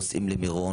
נוסעים למירון,